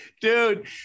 Dude